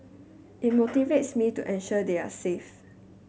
it motivates me to ensure they are safe